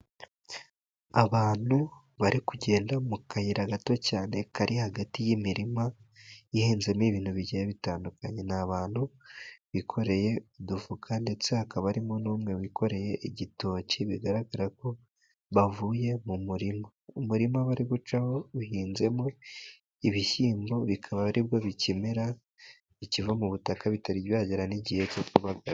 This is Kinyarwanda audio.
Abantu bari kugenda mu kayira gato cyane kari hagati y'imirima ihinzemo ibintu bigiye bitandukanye, ni abantu bikoreye udufuka ndetse hakaba harimo n'umwe wikoreye igitoki, bigaragara ko bavuye mu murima. Umurima bari gucaho uhinzemo ibishyimbo, bikaba ari bwo bikimera bikiva mu butaka, bitari byagera n'igihe cyo kubagarwa.